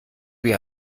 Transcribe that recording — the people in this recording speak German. wie